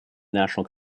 national